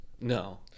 No